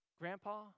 Grandpa